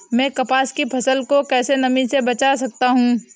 मैं कपास की फसल को कैसे नमी से बचा सकता हूँ?